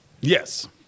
Yes